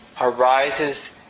arises